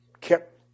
kept